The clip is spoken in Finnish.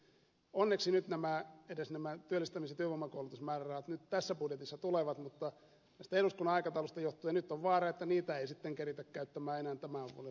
onneksi nyt edes nämä työllistämis ja työvoimakoulutusmäärärahat tässä budjetissa tulevat mutta tästä eduskunnan aikataulusta johtuen nyt on vaara että niitä ei sitten keritä käyttää enää tämän vuoden puolella